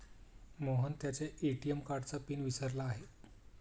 मोहन त्याच्या ए.टी.एम कार्डचा पिन विसरला आहे